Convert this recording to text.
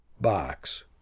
box